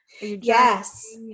yes